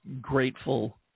grateful